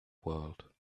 world